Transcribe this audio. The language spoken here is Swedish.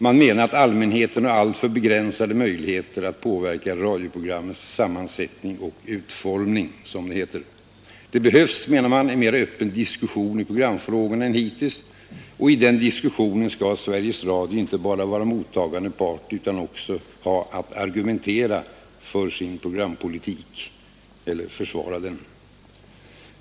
Man menar, att allmänheten har alltför begränsade möjligheter att påverka radioprogrammens sammansättning och utformning. Det behövs, menar man, en mera öppen diskussion i programfrågorna än hittills, och i denna diskussion skall Sveriges Radio inte bara vara mottagande part utan också ha att argumentera för sin programpolitik eller försvara den.